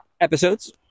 episodes